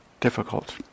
Difficult